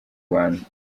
rwanda